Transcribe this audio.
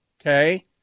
Okay